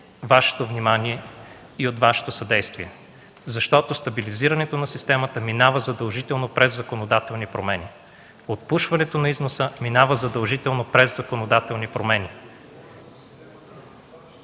Вашето внимание, от Вашето съдействие. Стабилизирането на системата минава задължително през законодателни промени. Отпушването на износа минава задължително през законодателни промени.